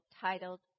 titled